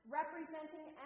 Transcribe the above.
representing